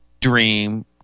dream